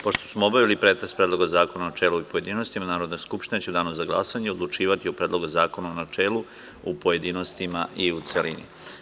Pošto smo obavili pretres Predloga zakona u načelu i u pojedinostima Narodna skupština će u danu za glasanje odlučivati o Predlogu zakona u načelu, u pojedinostima i u celini.